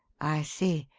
i see.